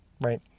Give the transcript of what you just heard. Right